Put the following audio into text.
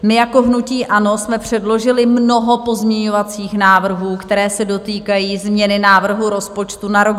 My jako hnutí ANO jsme předložili mnoho pozměňovacích návrhů, které se dotýkají změny návrhu rozpočtu na rok 2022.